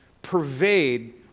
pervade